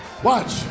Watch